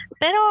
pero